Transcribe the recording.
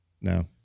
No